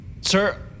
Sir